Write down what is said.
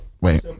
Wait